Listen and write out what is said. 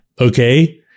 okay